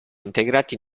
integrati